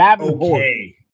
okay